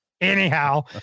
anyhow